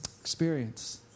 Experience